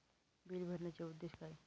Bill भरण्याचे उद्देश काय?